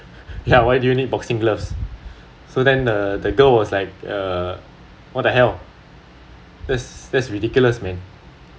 ya why do you need boxing gloves so then the girl was like uh what the hell that's that's ridiculous man